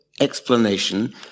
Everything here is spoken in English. explanation